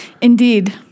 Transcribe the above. indeed